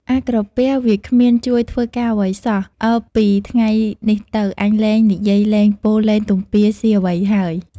អាក្រពះវាគ្មានជួយ ធ្វើការអ្វីសោះ អើពីថ្ងៃនេះទៅ អញលែងនិយាយលែងពោល លែងទំពាស៊ីអ្វី ហើយ។